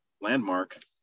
landmark